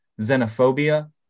xenophobia